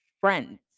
friends